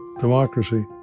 democracy